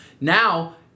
Now